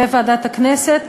בוועדת הכנסת,